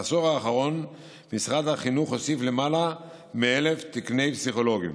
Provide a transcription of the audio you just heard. בעשור האחרון משרד החינוך הוסיף למעלה מ-1,000 תקני פסיכולוגים